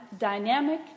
dynamic